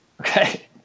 Okay